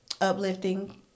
uplifting